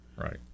Right